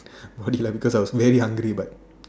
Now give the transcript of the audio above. body lah because I was very hungry but